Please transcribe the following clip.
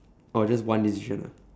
or just one decision ah